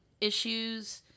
issues